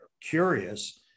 curious